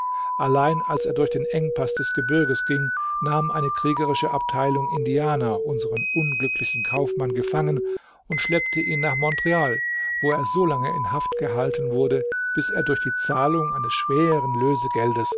allein als er durch den engpaß des gebirges ging nahm eine kriegerische abteilung indianer unseren unglücklichen kaufmann gefangen und schleppte ihn nach montreal wo er so lange in haft gehalten wurde bis er durch die zahlung eines schweren lösegeldes